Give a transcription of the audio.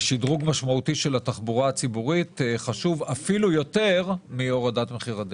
שדרוג משמעותי של התחבורה הציבורית חשוב אפילו יותר מהורדת מחיר הדלק.